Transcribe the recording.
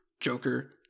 Joker